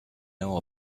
know